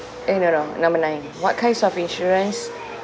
eh no no number nine what kinds of insurance